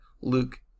Luke